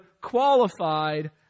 qualified